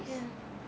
ya